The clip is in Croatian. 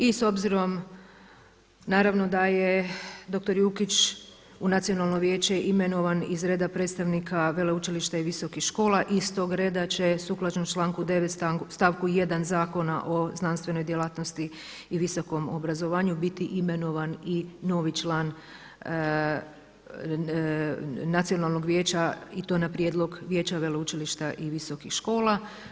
I s obzirom naravno da je dr. Jukić u Nacionalno vijeće imenovan iz reda predstavnika veleučilišta i visokih škola iz tog reda će sukladno članku 9. stavku 1. Zakona o znanstvenoj djelatnosti i visokom obrazovanju biti imenovan i novi član Nacionalnog vijeća i to na prijedlog Vijeća veleučilišta i visokih škola.